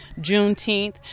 Juneteenth